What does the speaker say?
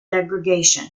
degradation